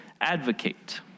advocate